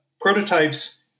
prototypes